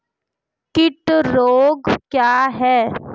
कीट रोग क्या है?